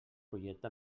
projecte